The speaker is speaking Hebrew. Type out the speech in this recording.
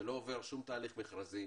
שלא עובר שום תהליך מכרזי,